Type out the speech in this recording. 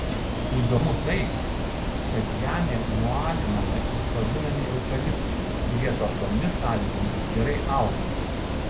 įdomu tai kad žemė nualinama ir sodinami eukaliptai kurie tokiomis sąlygomis gerai auga